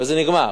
וזה נגמר.